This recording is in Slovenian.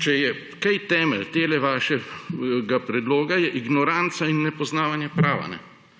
če je kaj temelj tega vašega predloga, je ignoranca in nepoznavanje prava.